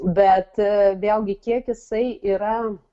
bet vėlgi kiek jisai yra